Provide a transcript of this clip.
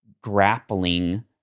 grappling